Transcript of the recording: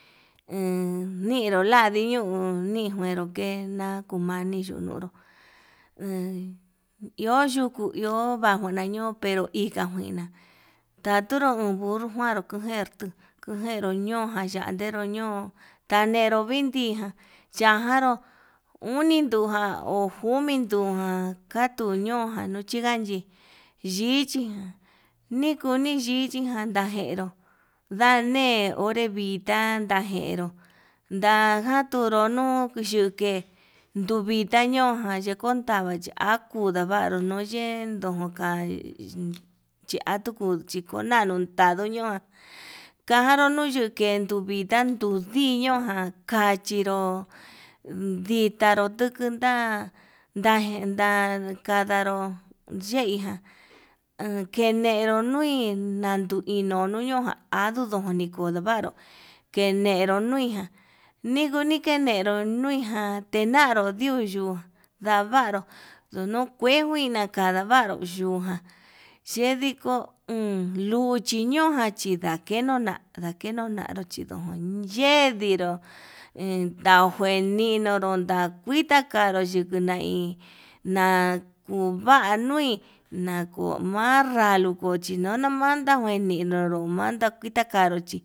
En ninru ladii ñuu ninjuenró ke na'a, kumani ñuu ñonro en iho yuku iho bajuu ñaño'o pero hika njuina ndaturu undu njuaru kujer tuu kujeru ño'o yandero ñoo tanero vindiján, yajanru uni ndujan ho jumi duján katuu ñojan nunchin ndachi yichiján nikuni yichiján, ndajero ndanee onre vita ndajeró ndajaturu nuu yuke'e nduvita ñojan yeko'o nadava akuu ndavaru non yee ndojokai, chitiku yandutadu kuyu ño'o jan kajanru nuyundetun vinda ndudiño jan kachinro ditanru ndukun ta'a ndajen nda kandanró yeijan, kenero nui nanduinuu nuñoján aduu nduniku ndavaro kenero nuiján nikuu nikenero nuiján tenaru niu yuu ndavaru ndunuu kue njuina, kandavaru yuu ján yediko uun luchi ñuun ndachinda kenuna ndachida kenona yindon yendiro najuen ninoro ndakuita ka'anro yukuu nain nakuva nui nakumara nakuchinuna manda njuinoro njuanta keta kanruu chí.